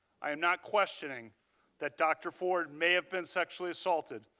i am not questioning that dr. ford may have been sexually assaulted.